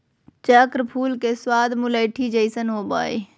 चक्र फूल के स्वाद मुलैठी जइसन होबा हइ